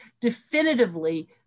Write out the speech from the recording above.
definitively